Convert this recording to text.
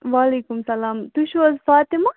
وعلیکُم سلام تُہۍ چھُو حظ فاطمہٕ